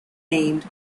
named